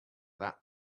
that